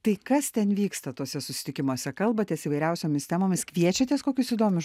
tai kas ten vyksta tuose susitikimuose kalbatės įvairiausiomis temomis kviečiatės kokius įdomius